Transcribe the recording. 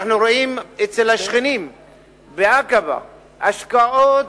אנחנו רואים אצל השכנים בעקבה השקעות,